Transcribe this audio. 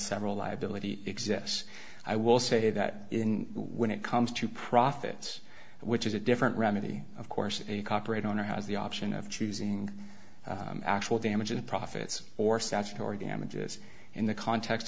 several liability exists i will say that in when it comes to profits which is a different remedy of course a cop or a donor has the option of choosing actual damages profits or statutory damages in the context